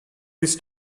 this